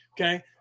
Okay